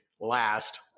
last